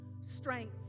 strength